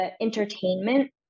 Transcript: entertainment